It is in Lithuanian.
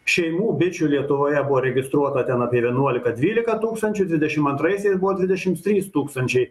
šeimų bičių lietuvoje buvo registruota ten apie vienuolika dvylika tūkstančių dvidešim antrasiais buvo dvidešims trys tūkstančiai